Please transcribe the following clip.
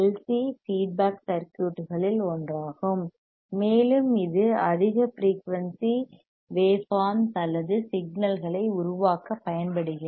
C feedback சர்க்யூட்களில் ஒன்றாகும் மேலும் இது அதிக ஃபிரீயூன்சி வேவ் ஃபார்ம்ஸ் அல்லது சிக்னல்களை உருவாக்க பயன்படுகிறது